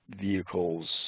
vehicles